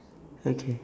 okay